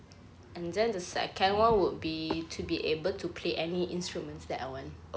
and then the second [one] would be to be able to play any instruments that I want